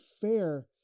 fair